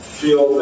feel